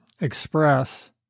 express